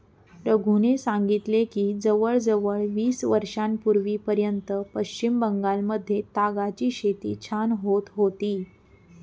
रघूने सांगितले की जवळजवळ वीस वर्षांपूर्वीपर्यंत पश्चिम बंगालमध्ये तागाची शेती छान होत होती